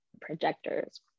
projectors